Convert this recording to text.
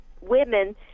women